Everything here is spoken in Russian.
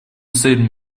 цель